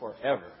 forever